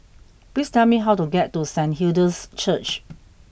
please tell me how to get to Saint Hilda's Church